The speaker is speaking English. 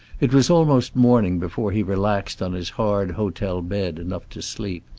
it was almost morning before he relaxed on his hard hotel bed enough to sleep.